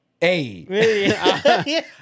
hey